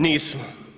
Nismo.